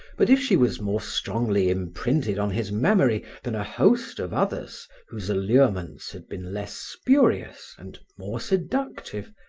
but if she was more strongly imprinted on his memory than a host of others whose allurements had been less spurious and more seductive,